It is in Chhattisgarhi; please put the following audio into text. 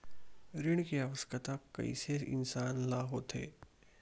ऋण के आवश्कता कइसे इंसान ला होथे?